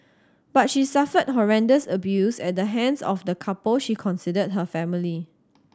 but she suffered horrendous abuse at the hands of the couple she considered her family